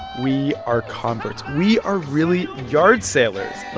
we are converts. we are really yard-salers, but